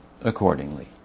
accordingly